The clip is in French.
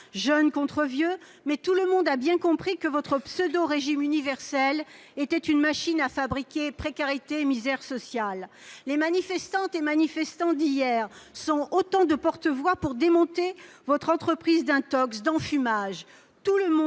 jeunes contre vieux -, mais tout le monde a bien compris que votre pseudo-régime universel était une machine à fabriquer précarité et misère sociale. Les manifestantes et manifestants d'hier sont autant de porte-voix pour démonter votre entreprise d'intox et d'enfumage,